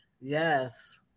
Yes